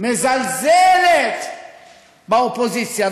מזלזלת באופוזיציה,